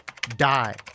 Die